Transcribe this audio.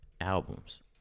albums